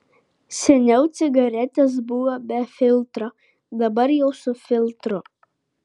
seniau cigaretės buvo be filtro dabar jau su filtru